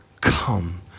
come